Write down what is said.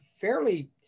fairly